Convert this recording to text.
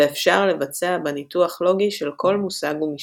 ואפשר לבצע בה ניתוח לוגי של כל מושג ומשפט,